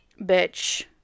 bitch